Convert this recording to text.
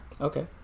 Okay